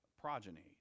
progeny